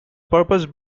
purpose